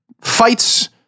fights